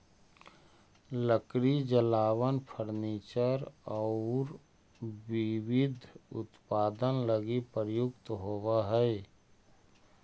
लकड़ी जलावन, फर्नीचर औउर विविध उत्पाद लगी प्रयुक्त होवऽ हई